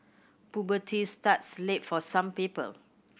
puberty starts late for some people